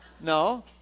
No